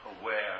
aware